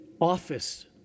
office